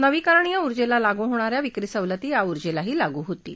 नवीकरणीय उर्जेला लागू होणाऱ्या विक्री सवलती या उर्जेलाही लागू होतील